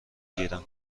گیرم